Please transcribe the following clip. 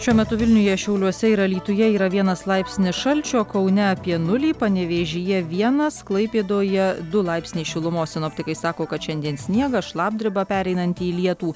šiuo metu vilniuje šiauliuose ir alytuje yra vienas laipsnis šalčio kaune apie nulį panevėžyje vienas klaipėdoje du laipsniai šilumos sinoptikai sako kad šiandien sniegas šlapdriba pereinanti į lietų